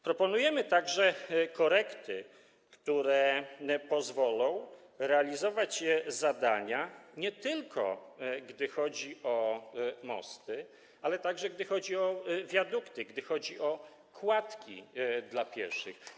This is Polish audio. Proponujemy także korekty, które pozwolą realizować zadania nie tylko, gdy chodzi o mosty, ale także gdy chodzi o wiadukty, gdy chodzi o kładki dla pieszych.